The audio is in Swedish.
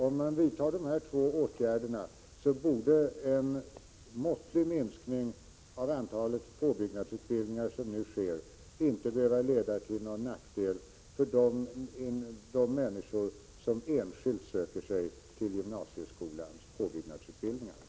Om man vidtar dessa två åtgärder borde en måttlig minskning av antalet påbyggnadsutbildningar, något som nu sker, inte behöva leda till någon nackdel för de människor som enskilt söker sig till gymnasieskolans påbyggnadsutbildningar.